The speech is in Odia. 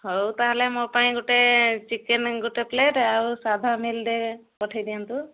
ହଉ ତା'ହେଲେ ମୋ ପାଇଁ ଗୋଟେ ଚିକେନ ଗୋଟେ ପ୍ଲେଟ ଆଉ ସାଧା ମିଲ୍ ଦେବେ ପଠେଇ ଦିଅନ୍ତୁ